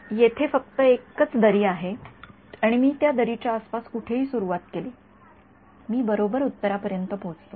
तर तेथे फक्त एकच दरी आहे मी त्या दरीच्या आसपास कुठेही सुरुवात केली मी बरोबर उत्तरापर्यंत पोहोचतो